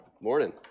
Morning